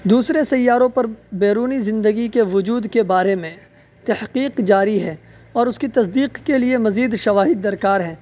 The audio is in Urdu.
دوسرے سیاروں پر بیرونی زندگی کے وجود کے بارے میں تحقیق جاری ہے اور اس کی تصدیق کے لیے مزید شواہد درکار ہیں